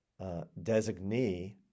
designee